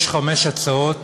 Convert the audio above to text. יש חמש הצעות